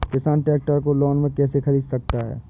किसान ट्रैक्टर को लोन में कैसे ख़रीद सकता है?